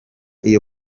iyo